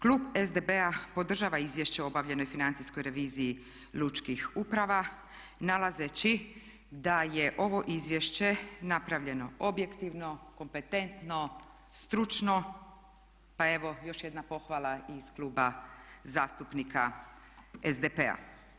Klub SDP-a podržava Izvješće o obavljenoj financijskoj reviziji lučkih uprava nalazeći da je ovo izvješće napravljeno objektivno, kompetentno, stručno pa evo još jedna pohvala iz Kluba zastupnika SDP-a.